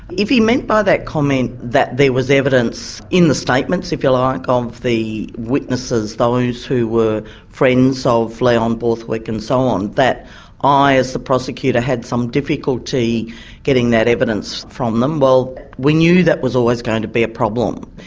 if he meant by that comment that there was evidence in the statements, if you like, um of the witnesses, those who were friends of leon borthwick and so on, that i as the prosecutor had some difficulty getting that evidence from them, well we knew that was always going to be a problem.